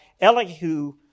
Elihu